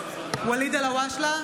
(קוראת בשם חבר הכנסת) ואליד אלהואשלה,